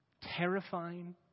terrifying